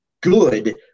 good